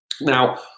Now